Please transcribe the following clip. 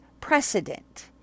precedent